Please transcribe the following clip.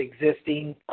existing